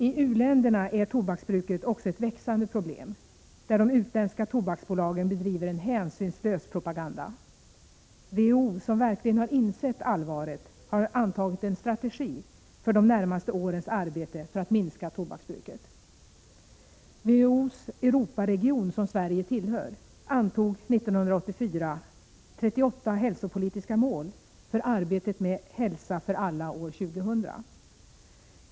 I u-länderna är tobaksbruket också ett växande problem, där de utländska tobaksbolagen bedriver en hänsynslös propaganda. WHO, som verkligen har insett allvaret, har antagit en strategi för de närmaste årens arbete för att minska tobaksbruket. WHO:s Europaregion, som Sverige tillhör, har år 1984 antagit 38 hälsopolitiska mål för arbetet med Hälsa för alla år 2000.